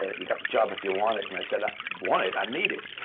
ah you got the job if you want it. and i isaid, i want it? i need it.